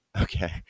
Okay